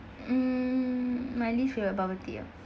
mm might live without bubble tea ah